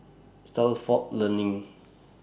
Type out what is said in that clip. Stalford Learning